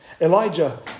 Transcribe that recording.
Elijah